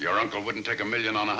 your uncle wouldn't take a million on a